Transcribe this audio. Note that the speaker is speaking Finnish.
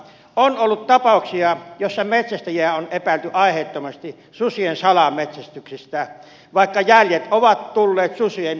on ollut tapauksia joissa metsästäjiä on epäilty aiheettomasti susien salametsästyksestä vaikka jäljet ovat tulleet susien suvunjatkamistouhuista